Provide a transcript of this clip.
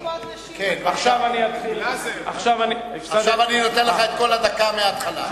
נשים, עכשיו אני נותן לך את כל הדקה מהתחלה.